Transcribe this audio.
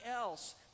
else